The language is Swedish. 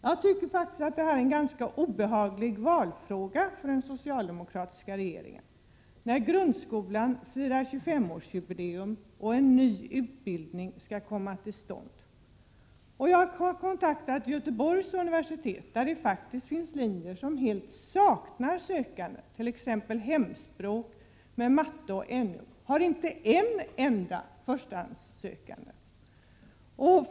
Jag tycker att detta är en ganska obehaglig valfråga för den socialdemokratiska regeringen, när grundskolan firar 25-årsjubileum och en ny lärarutbildning skall komma till stånd. Jag har kontaktat Göteborgs universitet där det finns linjer som helt saknar sökande. Linjen för lärare i hemspråk samt matematik och NO har t.ex. inte en enda förstahandssökande.